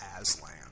Aslan